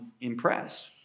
impressed